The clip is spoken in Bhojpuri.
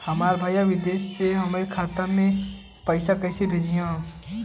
हमार भईया विदेश से हमारे खाता में पैसा कैसे भेजिह्न्न?